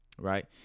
right